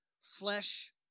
flesh